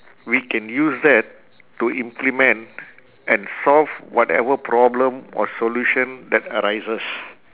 we can use that to implement and solve whatever problem or solution that arises